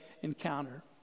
encounter